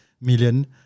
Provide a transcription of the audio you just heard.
million